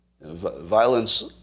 Violence